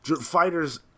Fighters